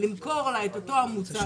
למכור לה אותו מוצר,